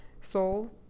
Soul